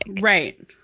Right